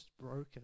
broken